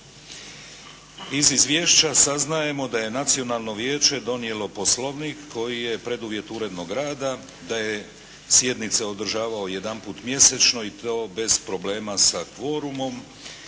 Iz izvješća saznajemo da je nacionalno vijeće donijelo poslovnik koji je preduvjet urednog rada, da je sjednice održavao jedanput mjesečno i to bez problema sa kvorumom.